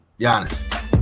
Giannis